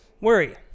Worry